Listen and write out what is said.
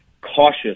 cautious